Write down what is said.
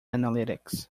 analytics